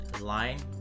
line